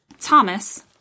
Thomas